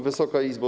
Wysoka Izbo!